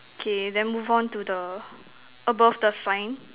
K then move on to the above the sign